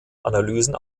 analysen